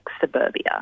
suburbia